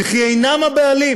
וכי הם אינם הבעלים.